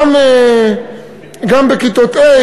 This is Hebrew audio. גם בכיתות ה',